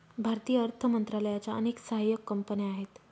भारतीय अर्थ मंत्रालयाच्या अनेक सहाय्यक कंपन्या आहेत